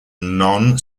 non